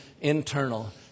internal